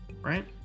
right